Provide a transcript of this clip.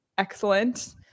excellent